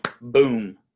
boom